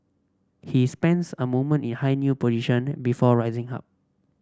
he spends a moment in high kneel position before rising up